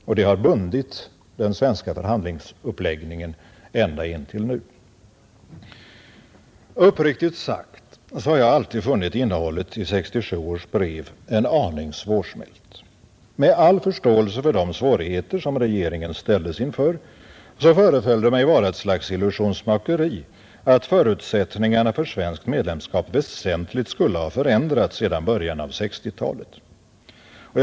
Och det har bundit den svenska förhandlingsuppläggningen ända intill nu. Uppriktigt sagt har jag alltid funnit innehållet i 1967 års brev en aning svårsmält. Med all förståelse för de svårigheter regeringen ställdes inför föreföll det mig vara ett slags illusionsmakeri, att förutsättningarna för svenskt medlemskap väsentligt skulle ha förändrats sedan början av 1960-talet.